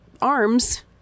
arms